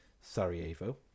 Sarajevo